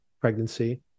pregnancy